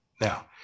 Now